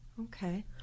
Okay